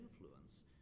influence